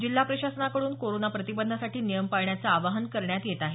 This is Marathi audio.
जिल्हा प्रशासनाकडून कोरोना प्रतिबंधासाठी नियम पाळण्याचं आवाहन करण्यात येत आहे